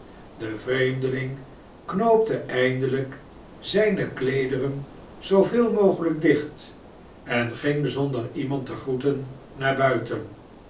de vreemdeling knoopte eindelijk zijne kleederen zooveel mogelijk dicht en ging zonder iemand te groeten naar buiten